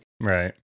right